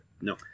No